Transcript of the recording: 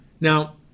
Now